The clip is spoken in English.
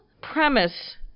premise